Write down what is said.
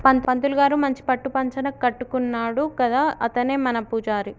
పంతులు గారు మంచి పట్టు పంచన కట్టుకున్నాడు కదా అతనే మన పూజారి